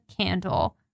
candle